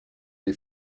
les